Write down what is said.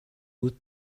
would